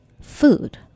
food